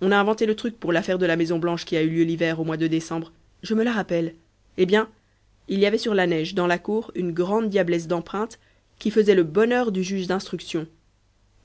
on a inventé le truc pour l'affaire de la maison blanche qui a eu lieu l'hiver au mois de décembre je me la rappelle eh bien il y avait sur la neige dans la cour une grande diablesse d'empreinte qui faisait le bonheur du juge d'instruction